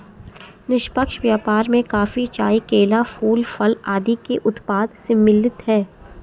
निष्पक्ष व्यापार में कॉफी, चाय, केला, फूल, फल आदि के उत्पाद सम्मिलित हैं